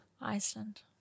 Iceland